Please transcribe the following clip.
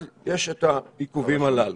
אז יש את העיכובים הללו.